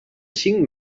cinc